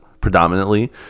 predominantly